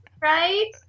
Right